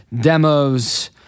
demos